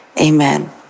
amen